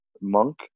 monk